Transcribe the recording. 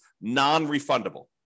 non-refundable